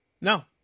No